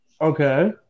Okay